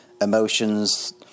emotions